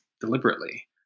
deliberately